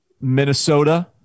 Minnesota